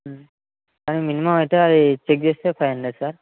కానీ మినిమం అయితే అది చెక్ చేస్తే ఫైవ్ హండ్రెడ్ సార్